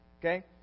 Okay